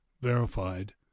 verified